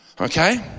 Okay